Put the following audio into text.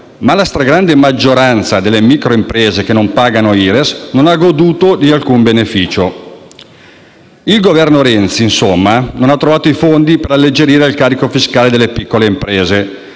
ma la stragrande maggioranza delle microimprese che non pagano l'IRES non ha goduto di alcun beneficio. Il Governo Renzi, insomma, non ha trovato i fondi per alleggerire il carico fiscale delle piccole imprese,